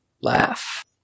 laugh